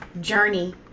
journey